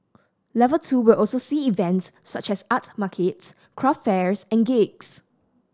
level two will also see events such as art markets craft fairs and gigs